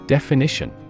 Definition